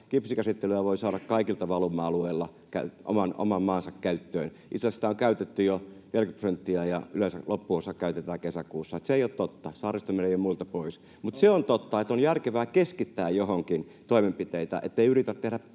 kipsikäsittelyä voi saada kaikilla valuma-alueilla oman maansa käyttöön. Itse asiassa sitä on käytetty jo 40 prosenttia ja yleensä loppuosa käytetään kesäkuussa. Eli se ei ole totta, että Saaristomeri olisi muilta pois. Se on totta, että on järkevää keskittää johonkin toimenpiteitä, ettei yritä tehdä